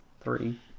three